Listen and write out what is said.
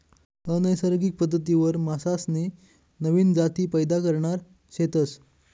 अनैसर्गिक पद्धतवरी मासासनी नवीन जाती पैदा करणार शेतस